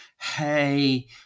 Hey